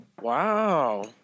Wow